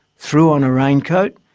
threw on a raincoat,